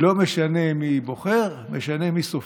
לא משנה מי בוחר, משנה מי סופר.